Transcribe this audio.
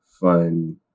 fun